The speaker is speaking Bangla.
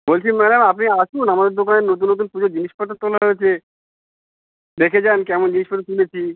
বলছি ম্যাডাম আপনি আসুন আমাদের দোকানে নতুন নতুন পুজোর জিনিসপত্র তোলা হয়েছে দেখে যান কেমন জিনিসপত্র তুলেছি